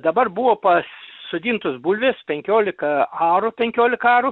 dabar buvo pasodintos bulvės penkiolika arų penkiolika arų